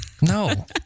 No